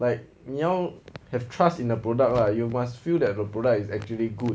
like 你要 have trust in the product lah you must feel that the product is actually good